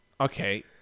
Okay